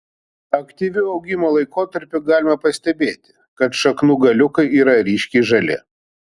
aktyviu augimo laikotarpiu galima pastebėti kad šaknų galiukai yra ryškiai žali